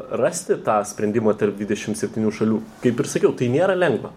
rasti tą sprendimą tarp dvidešim septynių šalių kaip ir sakiau tai nėra lengva